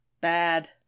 bad